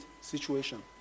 situation